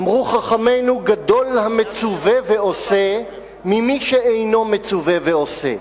אמרו חכמינו: "גדול המצווה ועושה ממי שאינו מצווה ועושה".